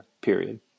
period